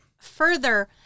further